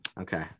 Okay